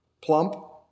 Plump